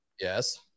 Yes